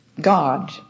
God